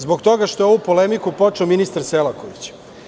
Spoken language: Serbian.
Zbog toga što je ovu polemiku počeo ministar Selaković.